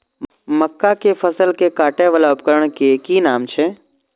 मक्का के फसल कै काटय वाला उपकरण के कि नाम छै?